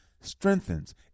strengthens